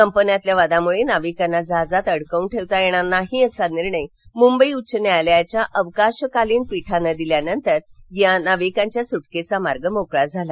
कंपन्यातील वादामुळे नाविकांना जहाजात अडकवून ठेवता येणार नाही असा निर्णय मुंबई उच्चन्यायालयाच्या अवकाशकालीन पीठानं दिल्यानंतर या नाविकांच्या सुटकेचा मार्ग मोकळा झाला